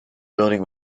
building